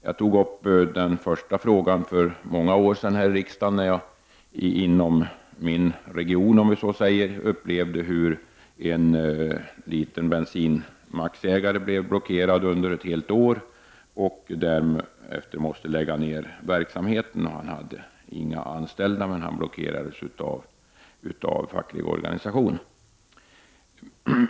Jag tog upp den första frågan för många år sedan här i riksdagen när jag inom min region, om vi så säger, upplevde hur en bensinmacksägare blev blockerad under ett helt år och därefter måste lägga ner verksamheten. Han hade inga anställda, men han blockerades av en facklig organisation.